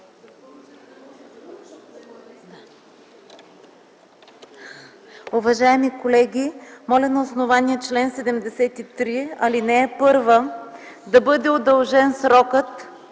Уважаеми колеги, моля на основание чл. 73, ал. 1 да бъде удължен срокът